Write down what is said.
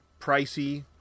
pricey